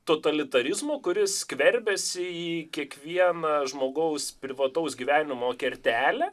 totalitarizmo kuris skverbiasi į kiekvieną žmogaus privataus gyvenimo kertelę